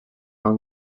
naus